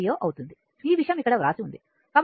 ఈ విషయం ఇక్కడ వ్రాసివుంది